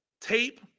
Tape